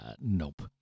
nope